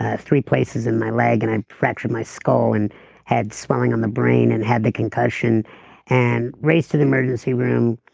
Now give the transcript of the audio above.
three places in my leg, and i fractured my skull and had swelling on the brain, and had the concussion and raced to the emergency room.